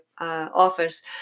office